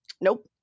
nope